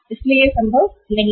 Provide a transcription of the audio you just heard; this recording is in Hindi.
इसलिए संभव नहीं है